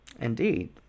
Indeed